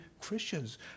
Christians